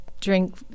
drink